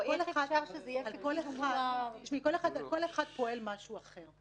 על כל אחד פועל משהו אחר.